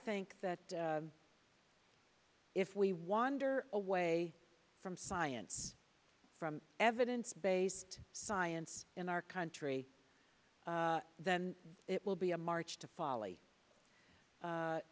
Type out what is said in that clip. think that if we wander away from science from evidence based science in our country then it will be a march to folly